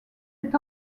est